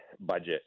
budget